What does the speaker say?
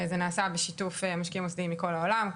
זה נעשה בשיתוף משקיעים מוסדיים מכל העולם,